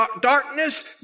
darkness